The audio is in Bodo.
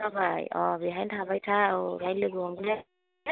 जाबाय अ बेहायनो थाबाय था औ बेहाय लोगो हमगोन